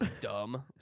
Dumb